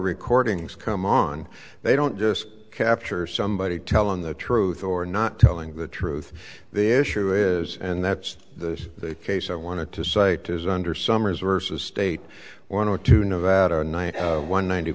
recordings come on they don't just capture somebody telling the truth or not telling the truth the issue is and that's the case i wanted to cite is under summers versus state one or two nevada ninety one ninety